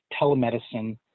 telemedicine